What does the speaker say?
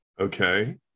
Okay